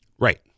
Right